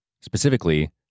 specifically